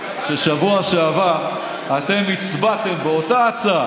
שבשבוע שעבר אתם הצבעתם באותה הצעה